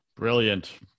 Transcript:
Brilliant